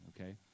okay